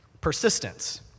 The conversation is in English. persistence